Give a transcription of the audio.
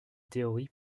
théorie